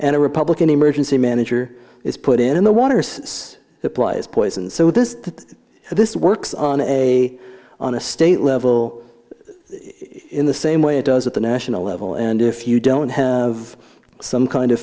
and a republican emergency manager is put in the water since the prize poisoned so this this works on a on a state level in the same way it does at the national level and if you don't have some kind of